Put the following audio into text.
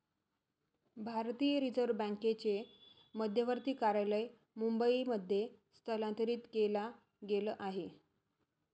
भारतीय रिझर्व बँकेचे मध्यवर्ती कार्यालय मुंबई मध्ये स्थलांतरित केला गेल आहे